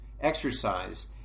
exercise